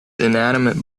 inanimate